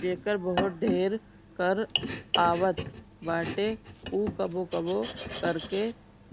जेकर बहुते ढेर कर आवत बाटे उ कबो कबो कर के